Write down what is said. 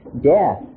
death